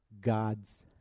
God's